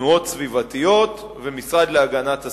תנועות סביבתיות והמשרד להגנת הסביבה,